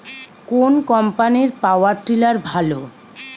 কোন কম্পানির power tiller ভালো?